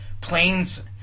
planes